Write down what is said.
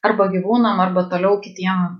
arba gyvūnam arba toliau kitiem